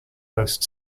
host